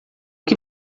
que